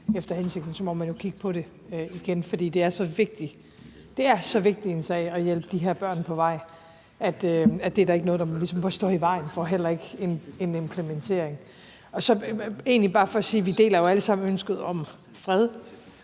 efter hensigten, må man jo kigge på det igen. For det er så vigtig en sag at hjælpe de her børn på vej, at det er der ikke noget der ligesom må stå i vejen for, heller ikke en implementering. Det er egentlig bare for sige, at vi alle sammen deler ønsket om fred